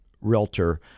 realtor